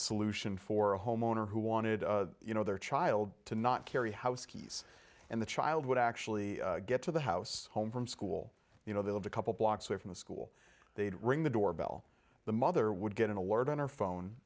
solution for a homeowner who wanted you know their child to not carry house keys and the child would actually get to the house home from school you know they have a couple blocks away from the school they'd ring the doorbell the mother would get an award on her phone